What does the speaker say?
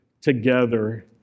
together